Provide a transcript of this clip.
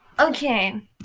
Okay